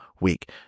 week